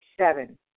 seven